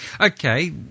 Okay